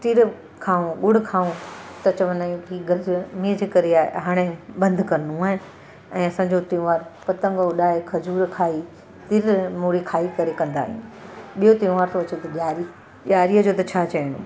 तिर खाऊं ॻुड़ खाऊं त चवंदा आहियूं की गज मीज करे आहे हाणे बंदि करिणो आहे ऐं असांजो त्यौहार पतंग उॾाए खजूर खाई तिर ऐं मूरी खाई करे कंदा आहिनि ॿियो त्यौहार थो अचे त ॾियारी ॾियारीअ जो त छा चइणो